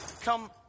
come